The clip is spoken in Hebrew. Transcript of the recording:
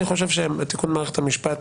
אני חושב שתיקון מערכת המשפט